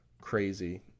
crazy